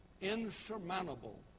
insurmountable